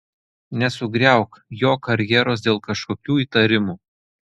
nesugriauk jo karjeros dėl kažkokių įtarimų